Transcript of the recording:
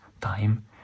time